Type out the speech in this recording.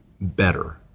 better